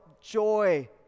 joy